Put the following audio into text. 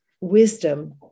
wisdom